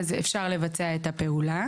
אז אפשר לבצע את הפעולה.